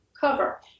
cover